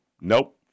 Nope